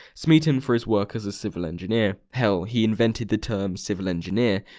smeaton for his work as a civil engineer. hell, he invented the term civil engineer.